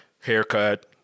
haircut